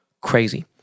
Crazy